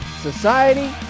society